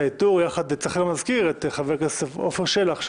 צריך גם להזכיר את חבר הכנסת עפר שלח,